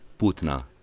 putna,